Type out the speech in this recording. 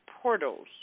portals